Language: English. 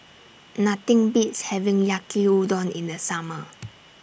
Nothing Beats having Yaki Udon in The Summer